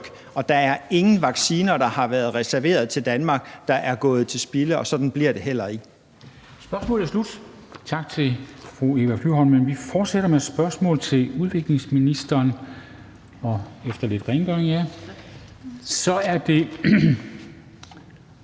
og der er ingen vacciner, der har været reserveret til Danmark, som er gået til spilde, og sådan bliver det heller ikke. Kl. 13:55 Formanden (Henrik Dam Kristensen): Spørgsmålet er slut. Tak til fru Eva Flyvholm. Vi fortsætter med spørgsmål til udviklingsministeren efter lidt rengøring. Så er det